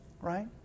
right